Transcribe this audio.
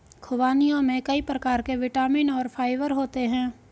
ख़ुबानियों में कई प्रकार के विटामिन और फाइबर होते हैं